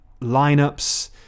lineups